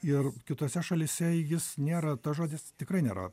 ir kitose šalyse jis nėra tas žodis tikrai nėra